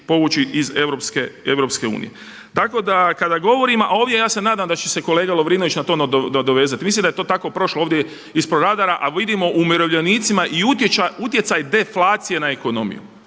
povući iz EU. Tako da kada govorim, a ovdje ja se nadam da će se kolega Lovrivnović na to dovezati mislim da je to tako prošlo ovdje ispod radara, a vidimo umirovljenicima i utjecaj deflacije na ekonomiju,